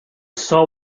saw